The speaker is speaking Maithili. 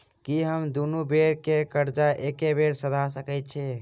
की हम दुनू बेर केँ कर्जा एके बेर सधा सकैत छी?